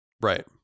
Right